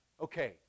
Okay